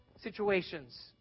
situations